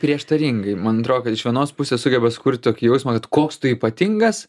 prieštaringai man atrodo kad iš vienos pusės sugeba sukurt tokį jausmą kad koks tu ypatingas